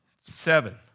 Seven